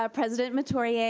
ah president metoyer, yeah